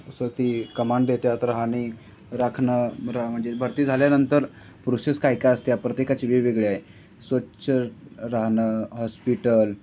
असं ती कमांड देतात राहणी राखणं रा म्हणजे भरती झाल्यानंतर प्रोसेस काय काय असतात प्रत्येकाची वेगवेगळी आहे स्वच्छ राहणं हॉस्पिटल